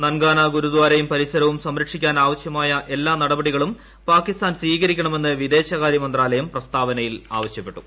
നൻകാന ഗുരുദാരയും പരിസരവും സംരക്ഷിക്കാനാവശ്യമായ എല്ലാ നടപടികളും പാകിസ്ഥാൻ സ്വീകരിക്കണമെന്ന് വിദേശകാര്യ മന്ത്രാലയം പ്രസ്താവനയിൽ ആവശ്യപ്പെട്ടു